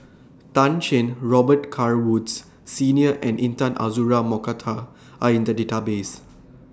Tan Shen Robet Carr Woods Senior and Intan Azura Mokhtar Are in The Database